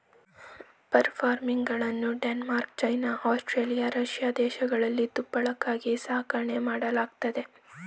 fur ಫಾರ್ಮಿಂಗನ್ನು Denmark, China, Australia, Russia ದೇಶಗಳಲ್ಲಿ ತುಪ್ಪಳಕ್ಕಾಗಿ ಸಾಕಣೆ ಮಾಡಲಾಗತ್ತದೆ